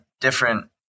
different